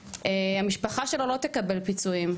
המשפחה שלו לא תקבל פיצויים,